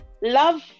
Love